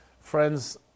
friends